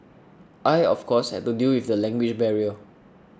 I of course had to deal with the language barrier